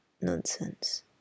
Nonsense